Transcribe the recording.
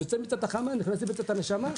יוצאת בצאת החמה נכנסת בצאת הנשמה,